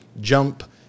jump